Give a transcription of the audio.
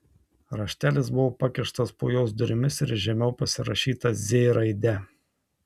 raštelis buvo pakištas po jos durimis ir žemiau pasirašyta z raide